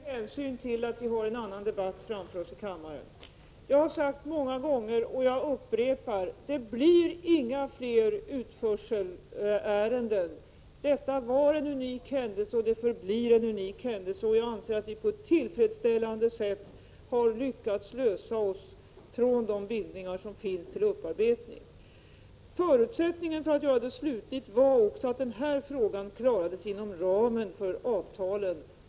Herr talman! Jag skall ge tre korta besked med hänsyn till att vi har en annan debatt framför oss här i kammaren. Jag har många gånger sagt, och jag upprepar det nu: Det blir inga fler utförselärenden. Det var en unik händelse, och det förblir en unik händelse. Jag anser att vi på tillfredsställande sätt har lyckats lösa oss från de bindningar som finns beträffande upparbetningen. För det första: Förutsättningen för en slutlig lösning var att också den här frågan klarades inom ramen för avtalen.